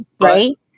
right